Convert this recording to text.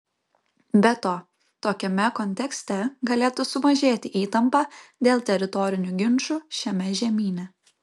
be to tokiame kontekste galėtų sumažėti įtampa dėl teritorinių ginčų šiame žemyne